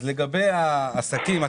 לגבי העסקים,